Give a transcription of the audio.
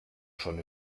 schon